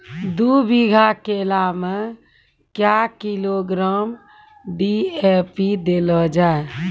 दू बीघा केला मैं क्या किलोग्राम डी.ए.पी देले जाय?